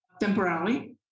temporarily